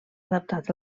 adaptats